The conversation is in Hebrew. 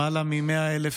למעלה מ-100,000